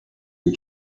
the